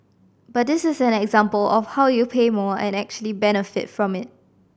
but this is an example of how you pay more and actually benefit from it